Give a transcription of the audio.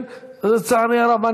לצערי הרב,